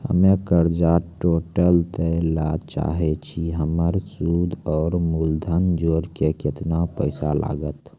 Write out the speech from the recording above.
हम्मे कर्जा टोटल दे ला चाहे छी हमर सुद और मूलधन जोर के केतना पैसा लागत?